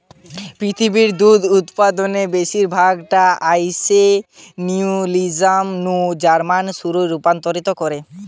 পৃথিবীর দুধ উতপাদনের বেশির ভাগ টা আইসে নিউজিলান্ড নু জার্মানে শুধুই রপ্তানি করে